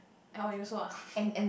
ah you also ah